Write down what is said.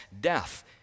death